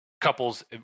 couples